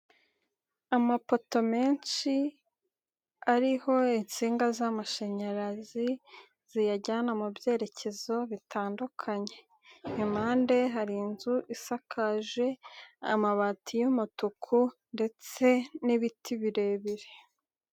Amapoto menshi ariho insinga z'amashanyarazi ziyajyana mu byerekezo bitandukanye. Impande hari inzu isakaje amabati y'umutuku ndetse n'ibiti birebire.